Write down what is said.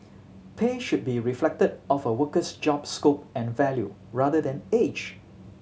pay should be reflected of a worker's job scope and value rather than age